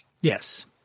Yes